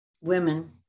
women